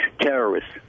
terrorists